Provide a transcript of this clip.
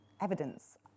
evidence